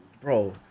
Bro